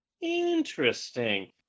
Interesting